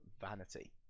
vanity